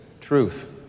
truth